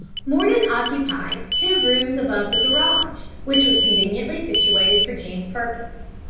mordon occupied two rooms above the garage, which was conveniently situated for jean's purpose.